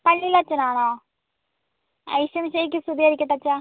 പള്ളീലച്ചനാണോ ഈശോ മിശിഹായ്ക്ക് സ്തുതിയായിരിക്കട്ടെ അച്ചാ